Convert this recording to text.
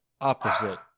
opposite